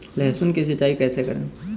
लहसुन की सिंचाई कैसे करें?